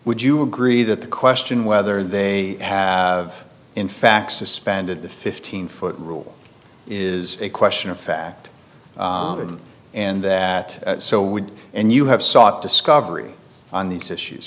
would you agree that the question whether they have in fact suspended the fifteen foot rule is a question of fact and that so would and you have sought discovery on these issues